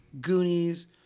Goonies